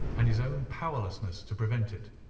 and his own powerlessness to prevent it,